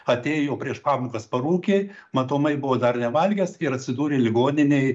atėjo prieš pamokas parūkė matomai buvo dar nevalgęs ir atsidūrė ligoninėj